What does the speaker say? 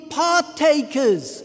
partakers